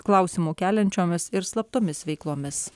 klausimų keliančiomis ir slaptomis veiklomis